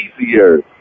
easier